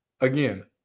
again